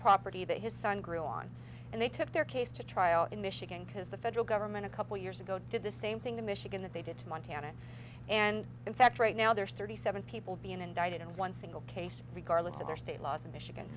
property that his son grew on and they took their case to trial in michigan because the federal government a couple years ago did the same thing in michigan that they did to montana and in fact right now there's thirty seven people being indicted in one single case regardless of their state laws in michigan